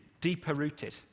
deeper-rooted